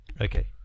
Okay